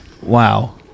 Wow